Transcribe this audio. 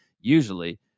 usually